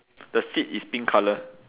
the seat is pink colour